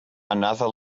another